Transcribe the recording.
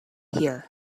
here